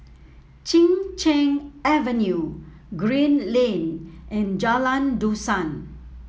Chin Cheng Avenue Green Lane and Jalan Dusan